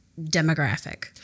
demographic